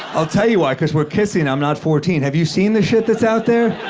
i'll tell you why, cause we're kissing and i'm not fourteen have you seen the that's out there?